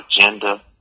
agenda